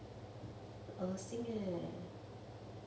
恶心 leh